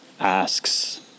asks